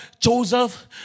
Joseph